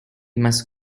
must